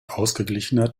ausgeglichener